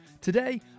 Today